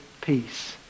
peace